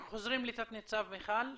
אנחנו חוזרים לתת ניצב מיכאל שפשק.